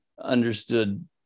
understood